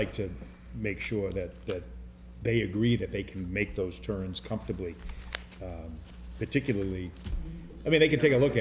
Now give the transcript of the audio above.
like to make sure that they agree that they can make those turns comfortably particularly i mean they can take a look